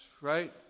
right